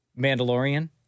mandalorian